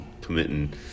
committing